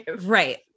right